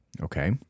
Okay